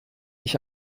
ich